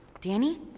Danny